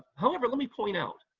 however, let me point out,